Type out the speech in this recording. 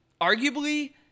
arguably